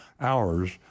hours